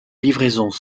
livraisons